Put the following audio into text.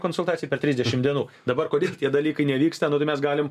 konsultacijai per trisdešimt dienų dabar kodėl tie dalykai nevyksta nu tai mes galim